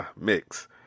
mix